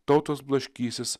tautos blaškysis